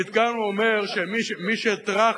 הפתגם אומר שמי ש"טראח"